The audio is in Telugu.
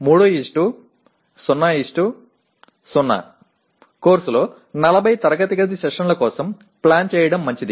300 కోర్సులో 40 తరగతి గది సెషన్ల కోసం ప్లాన్ చేయడం మంచిది